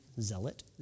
zealot